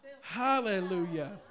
Hallelujah